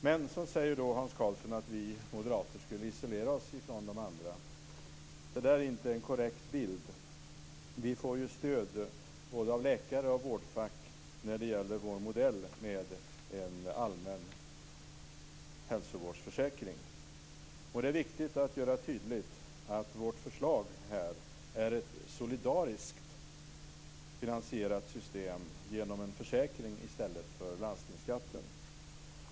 Men sedan säger Hans Karlsson att vi moderater skulle isolera oss ifrån de andra. Det är inte en korrekt bild. Vi får ju stöd av både läkare och vårdfack när det gäller vår modell med en allmän hälsovårdsförsäkring. Det är viktigt att göra tydligt att vårt förslag är ett solidariskt finansierat system genom en försäkring i stället för landstingsskatten.